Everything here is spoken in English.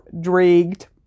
dragged